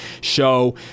show